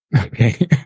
Okay